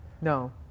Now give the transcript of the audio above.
No